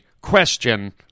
question